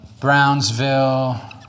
Brownsville